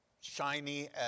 shiny